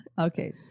Okay